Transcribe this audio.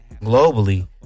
globally